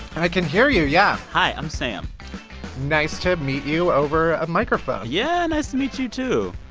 i can hear you, yeah hi, i'm sam nice to meet you over a microphone yeah, nice to meet you, too.